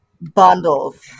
bundles